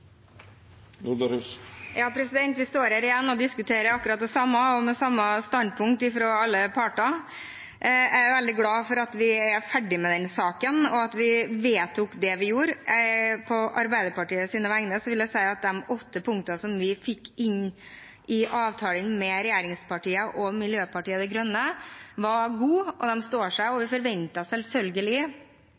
Vi står igjen og diskuterer akkurat det samme og med samme standpunkt fra alle parter. Jeg er veldig glad for at vi er ferdig med denne saken, og for at vi vedtok det vi gjorde. På Arbeiderpartiets vegne vil jeg si at de åtte punktene som vi fikk inn i avtalen med regjeringspartiene og Miljøpartiet De Grønne, var gode. De står seg, og vi forventer selvfølgelig